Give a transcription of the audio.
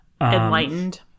Enlightened